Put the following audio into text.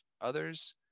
others